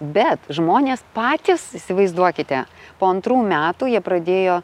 bet žmonės patys įsivaizduokite po antrų metų jie pradėjo